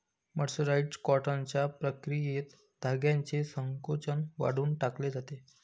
mercerised कॉटनच्या प्रक्रियेत धाग्याचे संकोचन काढून टाकले जाते